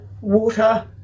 water